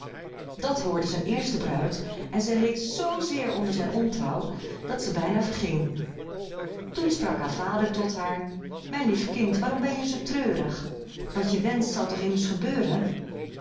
dat hoorde zijn eerste bruid en zij leed zzeer onder zijn ontrouw dat zij bijna verging toen sprak haar vader tot haar mijn lief kind waarom ben je zoo treurig wat je wenscht zal toch immers gebeuren